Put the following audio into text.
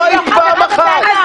אני לא חברה בוועדה.